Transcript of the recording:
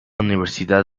universidad